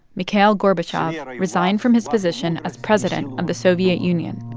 mikhail gorbachev resigned from his position as president of the soviet union,